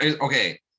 okay